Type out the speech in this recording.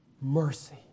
mercy